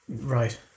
right